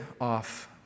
off